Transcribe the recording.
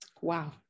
wow